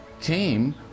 came